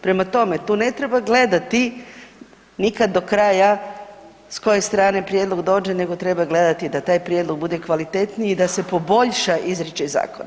Prema tome, tu ne treba gledati nikad do kraja s koje strane prijedlog dođe nego treba gledati da taj prijedlog bude kvalitetniji i da se poboljša izričaj zakon.